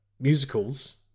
musicals